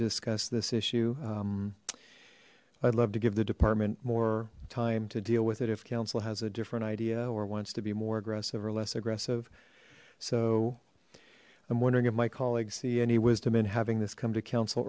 discuss this issue i'd love to give the department more time to deal with it if council has a different idea or wants to be more aggressive or less aggressive so i'm wondering if my colleagues see any wisdom and having this come to coun